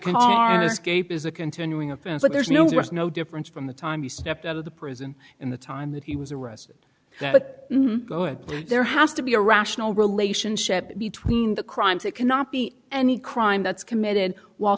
escape is a continuing offense but there's no there's no difference from the time he stepped out of the prison in the time that he was arrested but there has to be a rational relationship between the crimes that cannot be any crime that's committed w